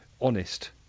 honest